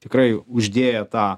tikrai uždėjo tą